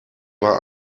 war